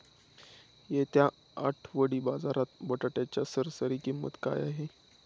येत्या आठवडी बाजारात बटाट्याची सरासरी किंमत किती आहे?